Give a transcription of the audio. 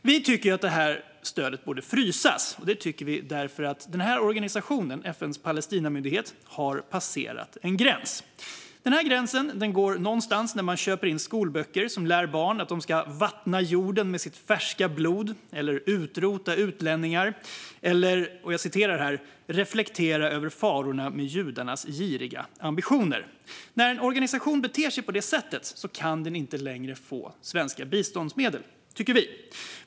Vi tycker att det här stödet borde frysas, och det tycker vi därför att den här organisationen, alltså FN:s Palestinamyndighet, har passerat en gräns. Denna gräns går någonstans vid att köpa in skolböcker som lär barn att de ska vattna jorden med sitt färska blod, utrota utlänningar eller "reflektera över farorna med judarnas giriga ambitioner". När en organisation beter sig på det sättet kan den inte längre få svenska biståndsmedel, tycker vi.